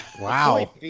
Wow